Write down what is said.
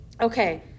Okay